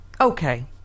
Okay